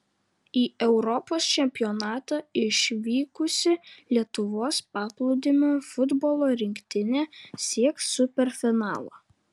į europos čempionatą išvykusi lietuvos paplūdimio futbolo rinktinė sieks superfinalo